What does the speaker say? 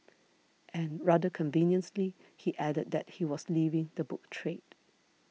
and rather conveniently he added that he was leaving the book trade